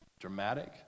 dramatic